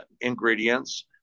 ingredients